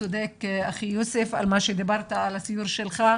וצודק אחי יוסף במה שדיברת על הסיור שערכת,